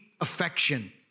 affection